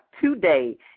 today